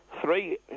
Three